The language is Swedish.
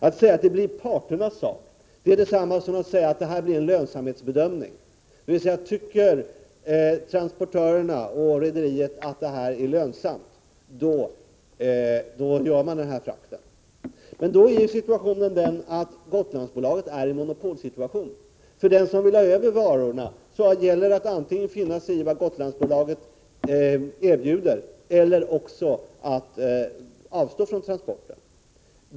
Att säga att det blir parternas sak är detsamma som att säga att detta blir en lönsamhetsbedömning. Tycker transportörerna och rederiet att detta är lönsamt, då genomför man den här transporten. Men nu är ju Gotlandsbolaget i en monopolsituation. För den som vill ha över varorna gäller det att antingen finna sig i vad Gotlandsbolaget erbjuder eller också avstå från transporten.